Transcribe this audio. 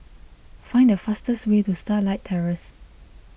find the fastest way to Starlight Terrace